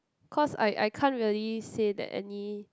cause I I can't really say that any